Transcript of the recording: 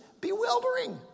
Bewildering